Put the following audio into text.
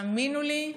תאמינו לי,